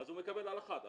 אז הוא מקבל על אחת.